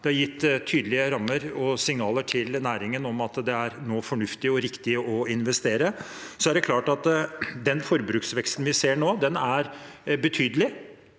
Den har gitt tydelige rammer og signaler til næringen om at nå er det fornuftig og riktig å investere. Det er klart at den forbruksveksten vi ser nå, er betydelig.